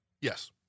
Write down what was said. Yes